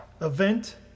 event